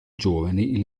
giovani